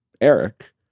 eric